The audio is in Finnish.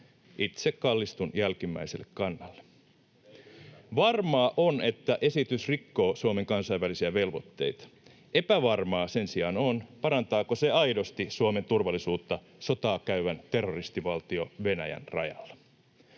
Itse kallistun jälkimmäiselle kannalle. [Sheikki Laakso: Ei yllätä!] Varmaa on, että esitys rikkoo Suomen kansainvälisiä velvoitteita. Epävarmaa sen sijaan on, parantaako se aidosti Suomen turvallisuutta sotaa käyvän terroristivaltio Venäjän rajalla.